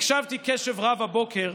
הקשבתי בקשב רב הבוקר,